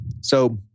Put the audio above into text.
So-